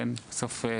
בסוף,